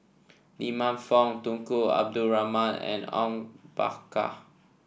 Lee Man Fong Tunku Abdul Rahman and Bakar